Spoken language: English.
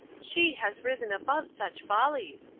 she has risen above such follies,